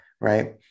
Right